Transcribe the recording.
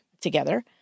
together